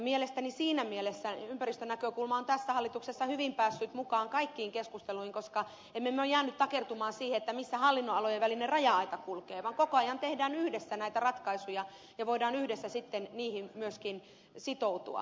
mielestäni siinä mielessä ympäristönäkökulma on tässä hallituksessa hyvin päässyt mukaan kaikkiin keskusteluihin koska emme me ole jääneet takertumaan siihen missä hallinnonalojen välinen raja aita kulkee vaan koko ajan tehdään yhdessä näitä ratkaisuja ja voidaan yhdessä sitten niihin myöskin sitoutua